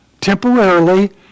temporarily